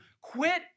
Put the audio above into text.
quit